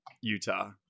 Utah